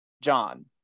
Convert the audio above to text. John